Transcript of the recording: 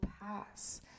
pass